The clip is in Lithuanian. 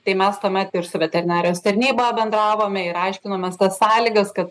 tai mes tuomet ir su veterinarijos tarnyba bendravome ir aiškinomės tas sąlygas kad